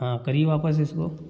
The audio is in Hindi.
हाँ करिए वापस इसको